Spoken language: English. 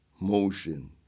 motion